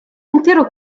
intero